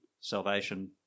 salvation